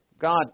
God